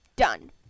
Done